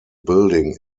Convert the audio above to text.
building